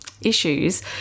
issues